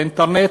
באינטרנט,